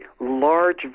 large